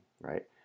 right